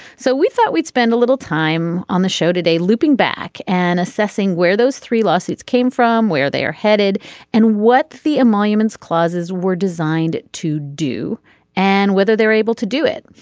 so we thought we'd spend a little time on the show today looping back and assessing where those three lawsuits came from where they are headed and what the emoluments clauses were designed to do and whether they're able to do it.